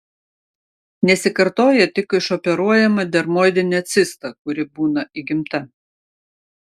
nesikartoja tik išoperuojama dermoidinė cista kuri būna įgimta